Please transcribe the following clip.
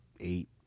eight